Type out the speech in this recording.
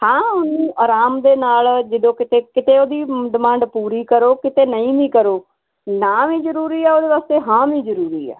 ਹਾਂ ਉਹਨੂੰ ਆਰਾਮ ਦੇ ਨਾਲ ਜਦੋਂ ਕਿਤੇ ਕਿਤੇ ਉਹਦੀ ਡਿਮਾਂਡ ਪੂਰੀ ਕਰੋ ਕਿਤੇ ਨਹੀਂ ਵੀ ਕਰੋ ਨਾ ਵੀ ਜਰੂਰੀ ਹ ਉਹਦੇ ਵਾਸਤੇ ਹਾਂ ਵੀ ਜਰੂਰੀ ਆ